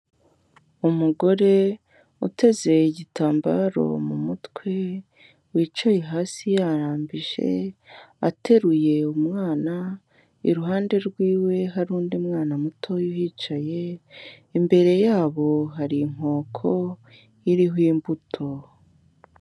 Umugore uteze igitambaro mu mutwe wicaye hasi yarambije ateruye umwana, iruhande rw'iwe hari undi mwana mutoya uhicaye, imbere yabo hari inkoko iriho imbuto.